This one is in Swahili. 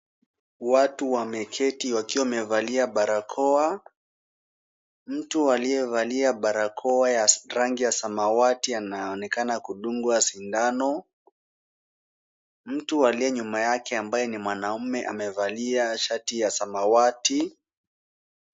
Watu wameketi wakiwa wamevalia barakoa. Mtu aliyevalia barakoa ya rangi ya samawati anaonekana kudungwa sindano. Mtu aliyenyuma yake ambaye ni mwanaume amevalia shati ya samawati.